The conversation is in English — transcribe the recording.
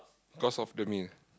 cost of the meal